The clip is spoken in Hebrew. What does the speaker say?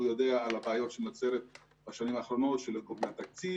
והוא יודע על הבעיות של נצרת בשנים האחרונות עם התקציב,